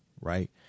right